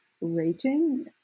rating